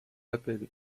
appelle